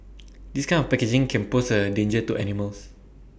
this kind of packaging can pose A danger to animals